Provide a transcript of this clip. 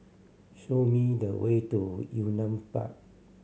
show me the way to Yunnan Park